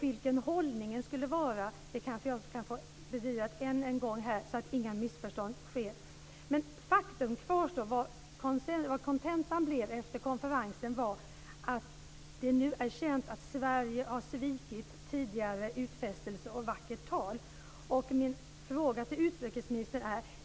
Vilken hållningen skulle vara kanske jag kan få bedyrat än en gång, så att inga missförstånd uppstår. Men faktum kvarstår att kontentan av konferensen blev att det nu är känt att Sverige har svikit tidigare utfästelser och vackert tal.